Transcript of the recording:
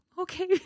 Okay